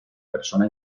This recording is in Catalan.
persona